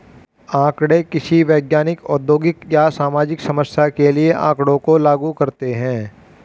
आंकड़े किसी वैज्ञानिक, औद्योगिक या सामाजिक समस्या के लिए आँकड़ों को लागू करते है